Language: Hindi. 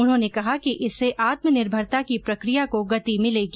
उन्होने कहा कि इससे आत्मनिर्भरता की प्रकिया को गति मिलेगी